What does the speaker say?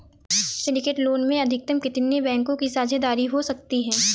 Syndicate loan में अधिकतम कितने बैंकों की साझेदारी हो सकती है?